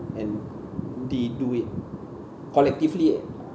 and they do it qualitively